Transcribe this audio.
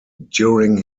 during